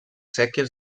séquies